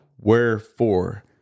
Wherefore